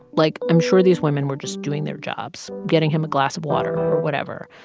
like, i'm sure these women were just doing their jobs getting him a glass of water or whatever.